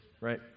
right